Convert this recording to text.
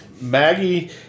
Maggie